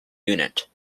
unit